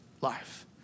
life